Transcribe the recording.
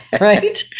right